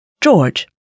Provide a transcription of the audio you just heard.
George